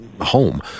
home